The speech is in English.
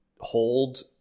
hold